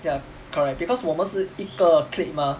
ya correct because 我们是一个 clique mah